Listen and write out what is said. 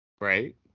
Right